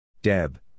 Deb